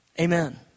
amen